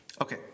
Okay